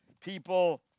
people